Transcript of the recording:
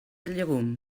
llegum